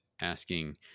asking